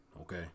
Okay